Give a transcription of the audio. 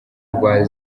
rwa